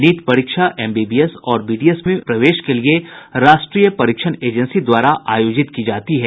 NEET परीक्षा MBBS और BDS पाठ्यक्रमों में प्रवेश के लिए राष्ट्रीय परीक्षण एजेंसी द्वारा आयोजित की जाती है